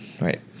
right